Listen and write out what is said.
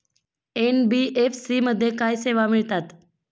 NBFC मध्ये काय सेवा मिळतात?